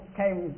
came